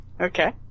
Okay